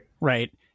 Right